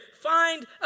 Find